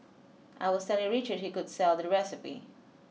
I was telling Richard he could sell the recipe